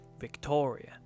Victoria